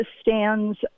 stands